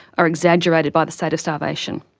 are exaggerated by the state of starvation.